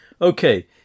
Okay